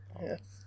Yes